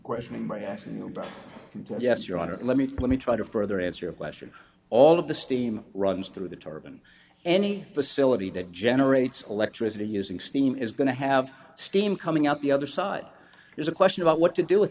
questioning by asking about yes your honor let me let me try to further answer a question all of the steam runs through the turban any facility that generates electricity using steam is going to have steam coming out the other side there's a question about what to do with